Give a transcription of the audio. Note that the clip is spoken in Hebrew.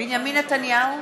בנימין נתניהו,